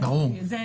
בתא